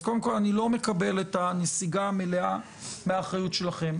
אז קודם כל אני לא מקבל את הנסיגה המלאה מהאחריות שלכם.